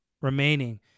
remaining